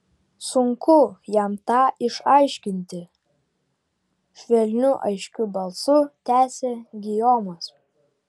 sunku jam tą išaiškinti švelniu aiškiu balsu tęsė gijomas